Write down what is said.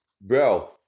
Bro